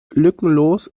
lückenlos